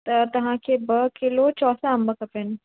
त तव्हांखे ॿ किलो चौसा अंब खपनि